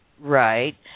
right